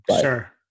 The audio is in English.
Sure